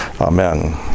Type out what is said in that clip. Amen